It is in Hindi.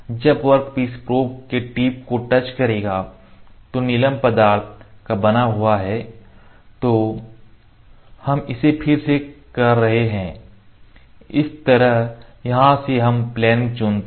जब वर्कपीस प्रोब के टिप को टच करेगा जो नीलम पदार्थ का बना हुआ है तो हम इसे फिर से कर रहे हैं इस तरह यहां से हम प्लेन चुनते हैं